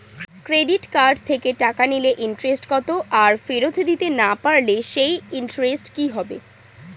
Credit card থেকে টাকা নিলে ইন্টারেস্ট কত আর ফেরত দিতে না পারলে সেই ইন্টারেস্ট কি হবে?